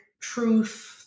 truth